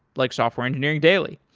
like software engineering daily.